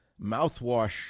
mouthwash